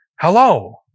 Hello